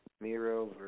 Miro